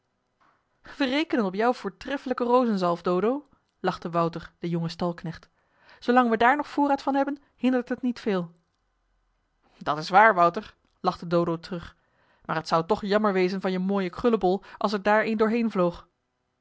rekenen op jouw voortreffelijke rozenzalf dodo lachte wouter de jonge stalknecht zoo lang we daar nog voorraad van hebben hindert het niet veel dat is waar wouter lachte dodo terug maar het zou toch jammer wezen van je mooien krullebol als er daar een doorheen vloog